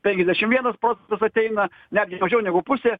penkiasdešim vienas procentas ateina netgi mažiau negu pusė